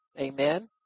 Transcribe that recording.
Amen